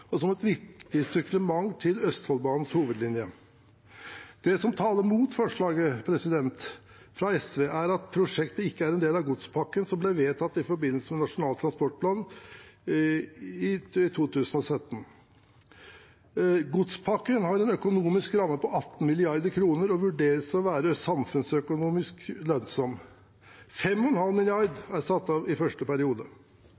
og som et viktig supplement til Østfoldbanens hovedlinje Det som taler mot forslaget fra SV, er at prosjektet ikke er en del av godspakken som ble vedtatt i forbindelse med Nasjonal transportplan i 2017. Godspakken har en økonomisk ramme på 18 mrd. kr og vurderes å være samfunnsøkonomisk lønnsom. 5,5